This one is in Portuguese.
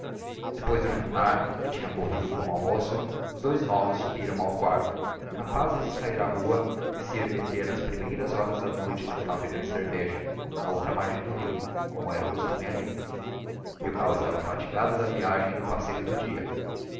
depois do jantar que tinha corrido como o almoço os dois novos subiram ao quarto incapazes de sahir á rua e de se ir metter ás primeiras horas da noite na fabrica de cerveja na outra margem do rio como era o costume alli milkau estava fatigado da viagem e do passeio do dia